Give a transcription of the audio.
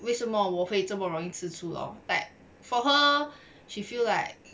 为什么我会这么容易吃醋 lor like for her she feel like